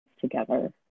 together